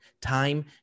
time